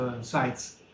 sites